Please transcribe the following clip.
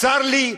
צר לי,